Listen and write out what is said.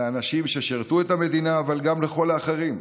לאנשים ששירתו את המדינה אבל גם לכל האחרים.